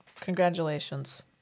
Congratulations